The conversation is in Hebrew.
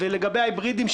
ולגבי ההיברידיים,